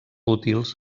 útils